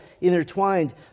intertwined